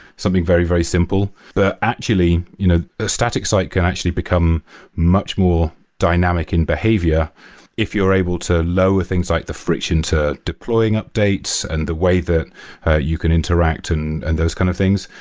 something very, very simple. actually, you know a static site can actually become much more dynamic in behavior if you're able to lower things like the friction to deploying updates and the way that you can interact and and those kind of things.